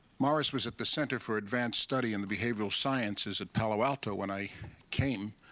morris was at the center for advanced study in the behavioral sciences at palo alto when i came.